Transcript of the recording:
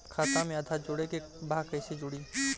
खाता में आधार जोड़े के बा कैसे जुड़ी?